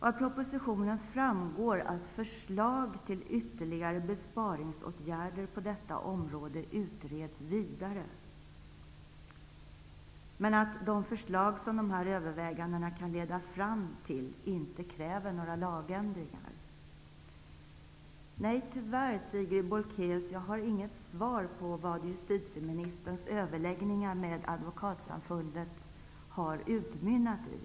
Av propositionen framgår att förslag till ytterligare besparingsåtgärder på detta område utreds vidare. De förslag som dessa överväganden kan leda fram till kräver emellertid inga lagändringar. Nej, tyvärr, Sigrid Bolkéus, har jag inget svar på vad justitieministerns överläggningar med Advokatsamfundet har utmynnat i.